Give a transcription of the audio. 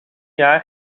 jaar